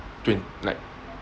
twen~ like